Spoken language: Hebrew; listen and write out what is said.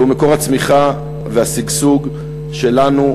זה מקור הצמיחה והשגשוג שלנו,